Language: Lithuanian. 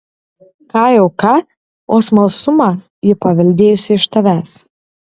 ką jau ką o smalsumą ji paveldėjusi iš tavęs